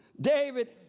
David